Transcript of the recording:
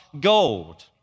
gold